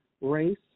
Race